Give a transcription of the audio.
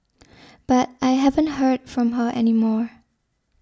but I haven't heard from her any more